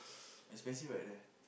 expensive right there